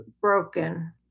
broken